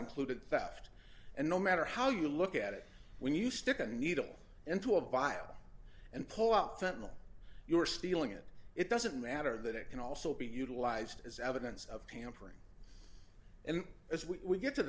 included theft and no matter how you look at it when you stick a needle into a vial and pull out sentinel you are stealing it it doesn't matter that it can also be utilized as evidence of tampering and as we get to